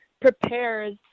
prepares